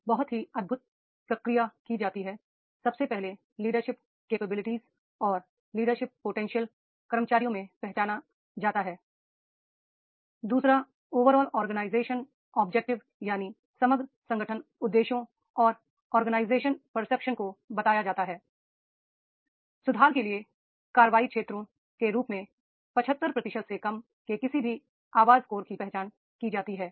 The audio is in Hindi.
एक बहुत ही अद्भुत प्रक्रिया की जाती है सबसे पहले लीडरशिप कैपेबिलिटीज और लीडरशिप पोटेंशियल कर्मचारियों में पहचानना होता है i दू सरा ओवरऑल ऑर्गेनाइजेशन ऑब्जेक्टिव यानी समग्र संगठन उद्देश्यों और ऑर्गेनाइजेशन परसेप्शन को बताया जाता हैi सुधार के लिए कार्रवाई क्षेत्रों के रूप में 75 प्रतिशत से कम के किसी भी आवाज स्कोर की पहचान की जाती है